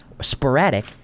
sporadic